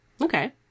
Okay